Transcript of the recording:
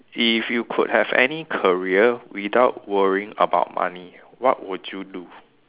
if you could have any career without worrying about money what would you do